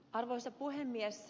arvoisa puhemies